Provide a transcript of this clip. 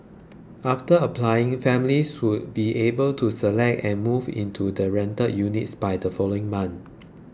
after applying families will be able to select and move into the rental units by the following month